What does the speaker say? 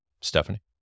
Stephanie